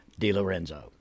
DiLorenzo